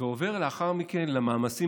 ועובר לאחר מכן למאמצים